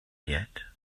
yet